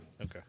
Okay